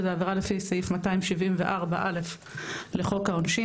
שזה עבירה לפי סעיף 274 א' לחוק העונשין,